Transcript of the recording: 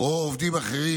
או עובדים אחרים,